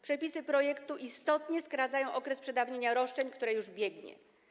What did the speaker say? Przepisy projektu istotnie skracają okres przedawnienia roszczeń, który już biegnie.